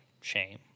shame